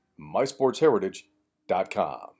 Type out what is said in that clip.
MySportsHeritage.com